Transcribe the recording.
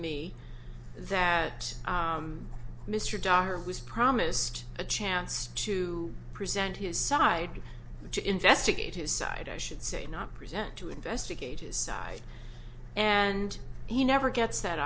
me that mr doctor was promised a chance to present his side to investigate his side i should say not present to investigate his side and he never gets that